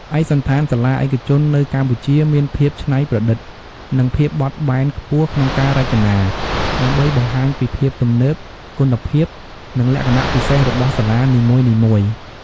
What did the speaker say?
ឯកសណ្ឋានសាលាឯកជននៅកម្ពុជាមានភាពច្នៃប្រឌិត និងភាពបត់បែនខ្ពស់ក្នុងការរចនា ដើម្បីបង្ហាញពីភាពទំនើប គុណភាព និងលក្ខណៈពិសេសរបស់សាលានីមួយៗ ។